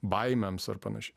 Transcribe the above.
baimėms ar panašiai